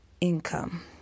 income